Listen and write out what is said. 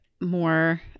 more